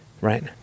right